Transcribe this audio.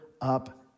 up